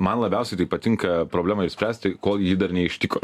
man labiausiai tai patinka problemą išspręsti kol ji dar neištiko